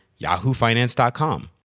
yahoofinance.com